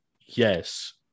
Yes